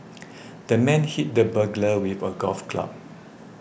the man hit the burglar with a golf club